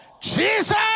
Jesus